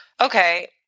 okay